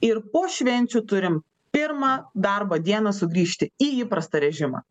ir po švenčių turim pirmą darbo dieną sugrįžti į įprastą režimą